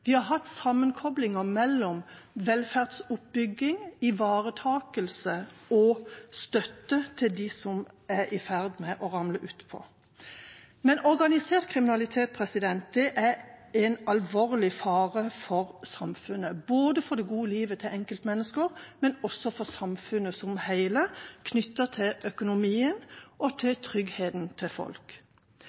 Vi har hatt sammenkoblinger mellom velferdsoppbygging, ivaretakelse og støtte til dem som er i ferd med å ramle utpå. Men organisert kriminalitet er en alvorlig fare for samfunnet – både for det gode livet til enkeltmennesker og også for samfunnet som et hele knyttet til økonomien og tryggheten til folk.